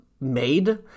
made